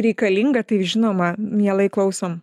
reikalinga tai žinoma mielai klausom